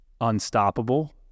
unstoppable